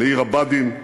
לעיר-הבה"דים.